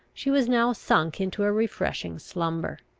she was now sunk into a refreshing slumber.